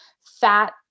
fat